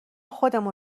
خودمون